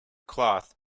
cloth